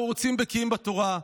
אנחנו רוצים בקיאים בתורה,